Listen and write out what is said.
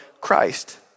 Christ